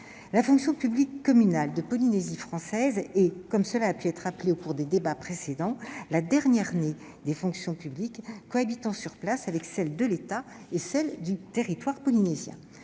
La fonction publique communale de Polynésie française est, comme cela a pu être rappelé au cours des débats précédents, la dernière-née des fonctions publiques de ce territoire, où elle cohabite avec celle de l'État et celle de la collectivité polynésienne.